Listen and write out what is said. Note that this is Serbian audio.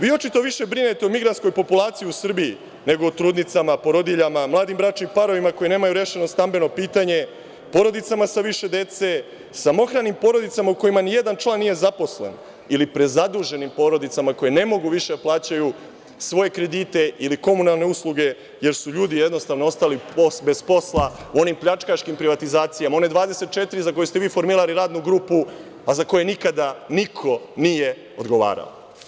Vi očito više brinete o migrantskoj populaciji u Srbiji nego o trudnicama, porodiljama, mladim bračnim parovima koji nemaju rešeno stambeno pitanje, porodicama sa više dece, samohranim porodicama u kojima nijedan član nije zaposlen ili prezaduženim porodicama koje ne mogu više da plaćaju svoje kredite ili komunalne usluge, jer su ljudi jednostavno ostali bez posla u onim pljačkaškim privatizacijama, one 24 za koje ste vi formirali radnu grupu, a za koje nikada niko nije odgovarao.